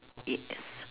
yes